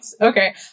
Okay